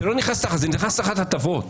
זה לא נכנס תחת הטבות,